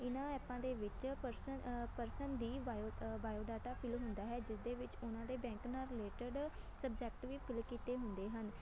ਇਹਨਾਂ ਐਪਾਂ ਦੇ ਵਿੱਚ ਪਰਸਨ ਪਰਸਨ ਦੀ ਬਾਇਓ ਬਾਇਓਡਾਟਾ ਫਿੱਲ ਹੁੰਦਾ ਹੈ ਜਿਸ ਦੇ ਵਿੱਚ ਉਹਨਾਂ ਦੇ ਬੈਂਕ ਨਾਲ ਰਿਲੇਟਡ ਸਬਜੈਕਟ ਵੀ ਫਿੱਲ ਕੀਤੇ ਹੁੰਦੇ ਹਨ